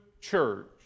church